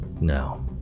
Now